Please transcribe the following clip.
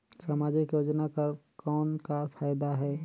समाजिक योजना कर कौन का फायदा है?